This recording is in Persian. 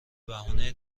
بهونه